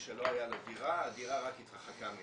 שלא הייתה לו דירה הדירה רק התרחקה ממנו,